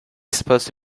supposed